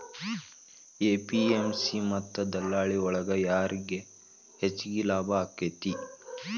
APMC ಮತ್ತ ದಲ್ಲಾಳಿ ಒಳಗ ಯಾರಿಗ್ ಹೆಚ್ಚಿಗೆ ಲಾಭ ಆಕೆತ್ತಿ?